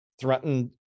threatened